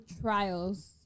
trials